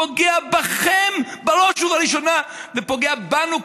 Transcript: הוא פוגע בכם בראש ובראשונה ופוגע בנו,